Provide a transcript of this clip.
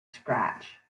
scratch